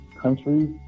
countries